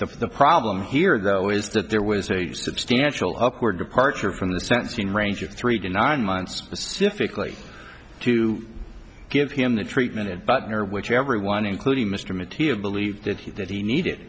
four the problem here though is that there was a substantial upward departure from the sentencing range of three to nine months to give him the treatment at butner which everyone including mr material believed that he that he needed